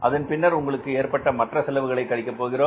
அதன் பின்னர் உங்களுக்கு ஏற்பட்ட மற்ற செலவுகளை கழிக்கப் போகிறோம்